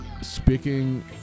speaking